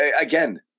again